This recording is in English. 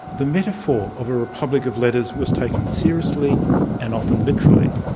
the metaphor of a republic of letters was taken seriously and often literally.